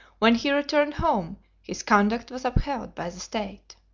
when he returned home his conduct was upheld by the state!